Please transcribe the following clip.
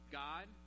god